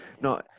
No